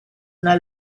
una